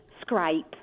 scrape